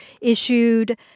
issued